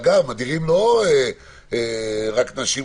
אגב, מדירים לא רק נשים.